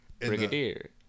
Brigadier